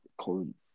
current